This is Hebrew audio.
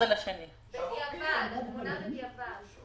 התמונה בדיעבד.